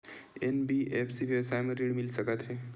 NBFC व्यवसाय मा ऋण मिल सकत हे